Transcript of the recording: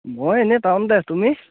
মই এনেই টাউনতে তুমি